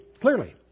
clearly